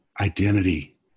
identity